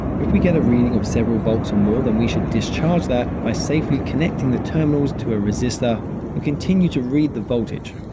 if we get a reading of several volts or more, then we should discharge that by safely connecting the terminals to a resistor and continue to read the voltage.